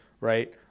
right